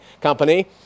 Company